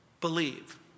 believe